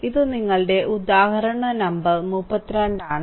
ഇത് നിങ്ങളുടെ ഉദാഹരണ നമ്പർ 32 ആണ്